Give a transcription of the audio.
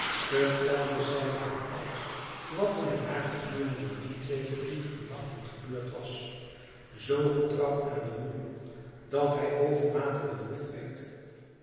vertelde zij hem alles wat er met haar gedurende die twee verdrietige nachten gebeurd was zoo getrouw en roerend dat hij bovenmate bedroefd werd